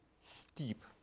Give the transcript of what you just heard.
steep